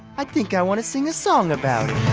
i think i want to sing a song about